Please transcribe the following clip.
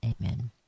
Amen